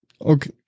Okay